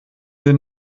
will